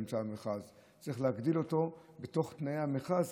צריך להגדיל אותו בתוך תנאי המכרז,